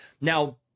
Now